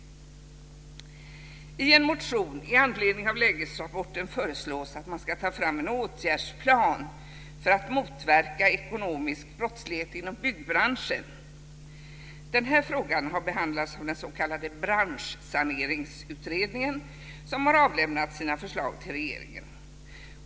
I en motion i anledning av lägesrapporten föreslås att man ska ta fram en åtgärdsplan för att motverka ekonomisk brottslighet inom byggbranschen. Den här frågan har behandlas av den s.k. Branschsaneringsutredningen som har avlämnat sina förslag till regeringen.